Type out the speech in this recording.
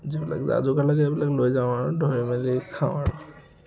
যিবিলাক জা যোগাৰ লাগে সেইবিলাক লৈ যাওঁ আৰু ধৰি মেলি খাওঁ আৰু